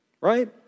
right